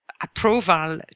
approval